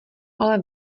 ale